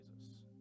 Jesus